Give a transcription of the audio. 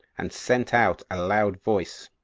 and sent out aloud voice,